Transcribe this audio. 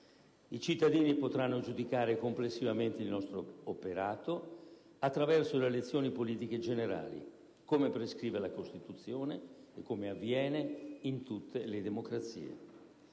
I cittadini potranno giudicare complessivamente il nostro operato attraverso le elezioni politiche generali, come prescrive la Costituzione e come avviene in tutte le democrazie.